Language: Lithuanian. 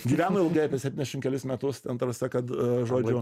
gyveno ilgai apie septyniasdešimt kelis metus ten ta prasme kad a žodžiu